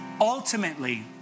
ultimately